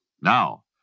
Now